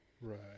Right